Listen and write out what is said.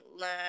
learn